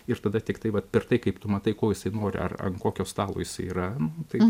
ir tada tiktai vat per tai kaip tu matai ko jisai nori ar ant kokio stalo jisai yra tai